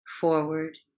forward